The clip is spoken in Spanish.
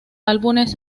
álbumes